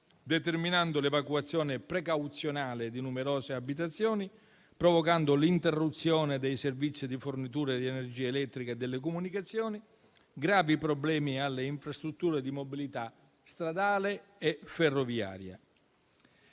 determinando l'evacuazione precauzionale di numerose abitazioni, provocando l'interruzione dei servizi di fornitura di energia elettrica e delle comunicazioni e gravi problemi alle infrastrutture di mobilità stradale e ferroviaria.